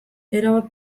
erabat